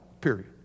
period